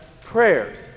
prayers